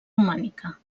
romànica